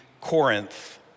Corinth